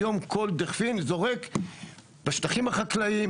היום כל דכפין זורק בשטחים החקלאיים